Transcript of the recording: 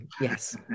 yes